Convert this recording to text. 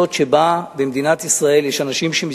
רוצה לומר לכם, שאם אנחנו מסתכלים